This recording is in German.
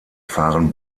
fahren